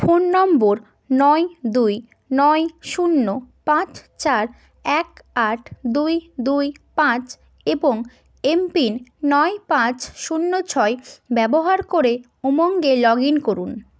phone number নয় দুই নয় শূন্য পাঁচ চার এক আট দুই দুই পাঁচ এবং এমপিন নয় পাঁচ শূন্য ছয় ব্যবহার করে উমঙ্গে লগ ইন করুন